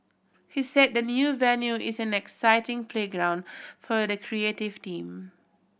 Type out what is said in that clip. he said the new venue is an exciting playground for the creative team